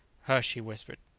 hush, he whispered,